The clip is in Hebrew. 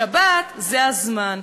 בשבת, זה הזמן.